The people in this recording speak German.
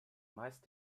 meist